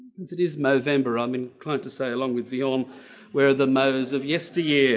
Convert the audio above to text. since it is movember, i'm inclined to say along with v on' where are the mo's of yesteryear'!